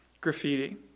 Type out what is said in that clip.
graffiti